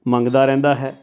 ਮੰਗਦਾ ਰਹਿੰਦਾ ਹੈ